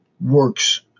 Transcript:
works